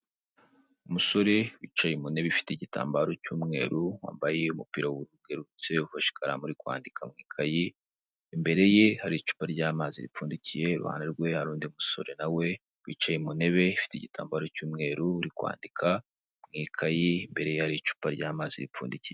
Umusore wicaye mu ntebe ifite igitambaro cy'umweru, wambaye umupira w'ubururu bwererutse ufashe ikaramu ari kwandika mu ikayi, imbere ye hari icupa ry'amazi ripfundikiye, iruhande rwe hari undi musore na we wicaye mu ntebe ifite igitambaro cy'umweru uri kwandika mu ikayi, imbere ye hari icupa ry'amazi ripfundikikiye.